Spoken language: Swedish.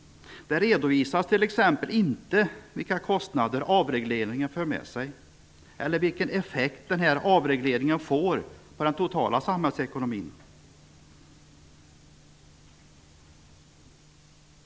Det redovisas exempelvis inte vilka kostnader avregleringen för med sig eller vilken effekt avregleringen får på den totala samhällsekonomin.